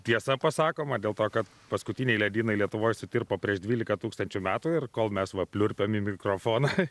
tiesa pasakoma dėl to kad paskutiniai ledynai lietuvoj sutirpo prieš dvylika tūkstančių metų ir kol mes va pliurpiam į mikrofoną